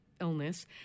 illness